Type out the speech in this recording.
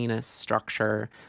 structure